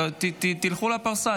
תלכו לפרסה.